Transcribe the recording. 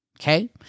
okay